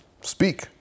speak